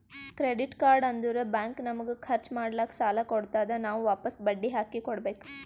credit card ಅಂದುರ್ bank ನಮಗ ಖರ್ಚ್ ಮಾಡ್ಲಾಕ್ ಸಾಲ ಕೊಡ್ತಾದ್, ನಾವ್ ವಾಪಸ್ ಬಡ್ಡಿ ಹಾಕಿ ಕೊಡ್ಬೇಕ